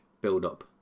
build-up